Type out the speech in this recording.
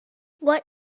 what